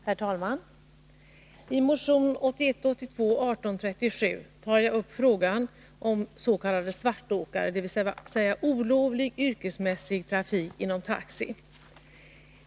Herr talman! I motion 1981/82:1837 tar jag upp frågan om s.k. svartåkare, dvs. olovlig yrkesmässig trafik inom taxi.